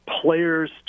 Players